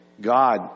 God